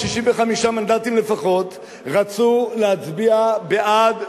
שב במקומך אם אתה רוצה לקרוא קריאת ביניים.